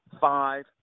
five